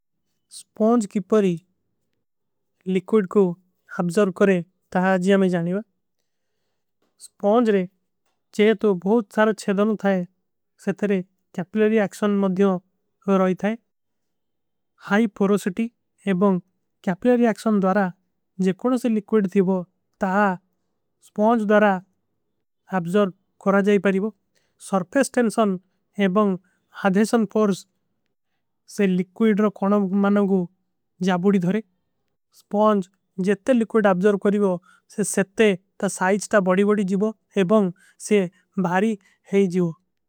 ସ୍ପଂଜ କୀ ପରୀ ଲିକ୍ଵିଡ କୋ ଅବ୍ଜର୍ଵ କରେଂ ତହାଂ ଆଜିଯା ମେଂ ଜାନେଵା। ସ୍ପଂଜ ରେ ଚେହେ ତୋ ବହୁତ ସାରା ଛେଦନୋଂ ଥାଈ ସେ ତରେ କ୍ଯାପିଲରୀ ଏକ୍ଶନ। ମଦ୍ଯୋଂ କୋ ରହୀ ଥାଈ ହାଈ ପରୋଶିଟୀ ଏବଂଗ କ୍ଯାପିଲରୀ ଏକ୍ଶନ ଦ୍ଵାରା। ଜେ କୋଡୋଂ ସେ ଲିକ୍ଵିଡ ଥୀଵୋଂ ତହାଂ ସ୍ପଂଜ ଦ୍ଵାରା ଅବ୍ଜର୍ଵ କରା ଜାଈ। ପାରୀଵୋଂ ସର୍ଫେସ୍ଟେଂଶନ ଏବଂଗ ହାଧେଶନ ପର୍ସ ସେ ଲିକ୍ଵିଡ ରୋ କଣୋଂ। ମନୋଂ କୋ ଜାବୁଡୀ ଧରେ ସ୍ପଂଜ ଜେତେ ଲିକ୍ଵିଡ ଅବ୍ଜର୍ଵ କରୀଵୋଂ ସେ। ସତେ ତା ସାଇସ ତା ବଡୀ ବଡୀ ଜୀଵୋଂ ଏବଂଗ ସେ ଭାରୀ ହୈ ଜୀଵୋଂ।